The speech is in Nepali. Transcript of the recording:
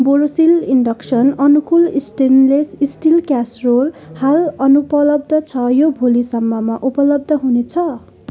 बोरोसिल इन्डक्सन अनुकूल स्टेनलेस स्टिल क्यासरोल हाल अनुपलब्ध छ यो भोलिसम्ममा उपलब्ध हुनेछ